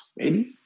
80s